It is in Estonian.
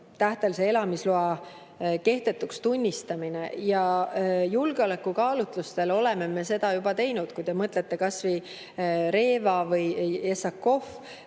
tähtajalise elamisloa kehtetuks tunnistamiseks. Julgeolekukaalutlustel oleme seda juba teinud. Kui te mõtlete, kas või Reva või Jesakov